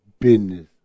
business